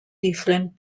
different